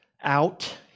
out